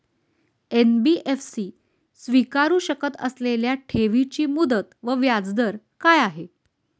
NBFC स्वीकारु शकत असलेल्या ठेवीची मुदत व व्याजदर काय आहे?